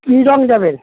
কী রং দেবেন